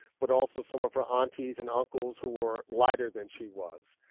but also some of her aunties and uncles who were lighter than she was.